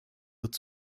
wird